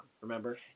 Remember